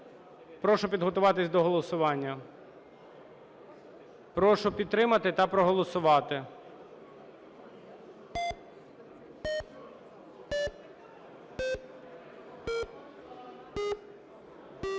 Прошу підготуватись до голосування. Прошу підтримати та проголосувати.